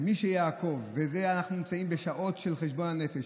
אנחנו נמצאים בשעות של חשבון נפש,